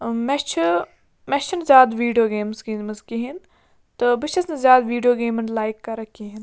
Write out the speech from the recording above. مےٚ چھِ مےٚ چھَنہٕ زیادٕ ویٖڈیو گیمٕز گِنٛدمَژ کِہیٖنۍ تہٕ بہٕ چھَس نہٕ زیادٕ ویٖڈیو گیمَن لایِک کَران کِہیٖنۍ